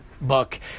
book